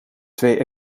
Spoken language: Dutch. twee